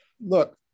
look